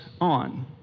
on